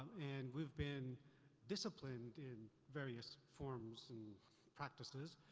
and we've been disciplined in various forms and practices.